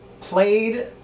played